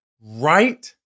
right